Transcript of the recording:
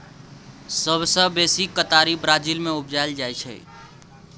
सबसँ बेसी केतारी ब्राजील मे उपजाएल जाइ छै